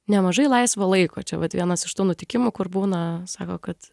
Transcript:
nemažai laisvo laiko čia vat vienas iš tų nutikimų kur būna sako kad